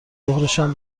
ظهرشم